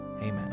Amen